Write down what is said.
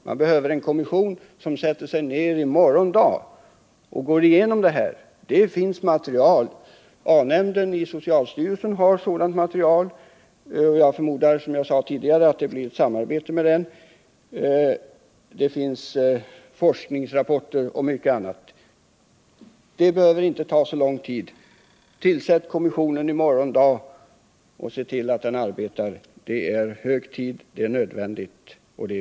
Det behövs en kommission som sätter sig ned i morgon dag och går igenom det material som finns. A-nämnden i socialstyrelsen har sådant material — det finns forskningsrapporter och mycket annat. Jag förmodar, som jag sade tidigare, att det blir ett samarbete med den nämnden. Detta behöver inte ta så lång tid. Tillsätt kommissionen i morgon dag och se till att den arbetar! Det är hög tid, och det är nödvändigt.